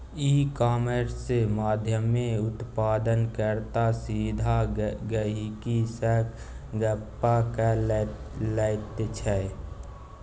इ कामर्स माध्यमेँ उत्पादन कर्ता सीधा गहिंकी सँ गप्प क लैत छै